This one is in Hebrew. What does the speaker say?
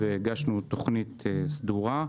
והגשנו תוכנית סדורה,